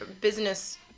business